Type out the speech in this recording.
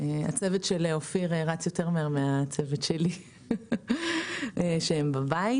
הצוות של אופיר רץ יותר מהר מהצוות שלי שהם בבית.